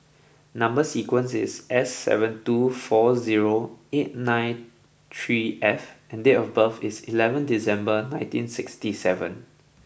number sequence is S seven two four zero eight nine three F and date of birth is eleven December nineteen sixty seven